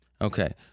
Okay